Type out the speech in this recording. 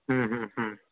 हूँ हूँ हूँ